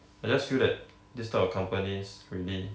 I just feel that these type of companies really